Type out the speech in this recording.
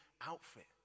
outfit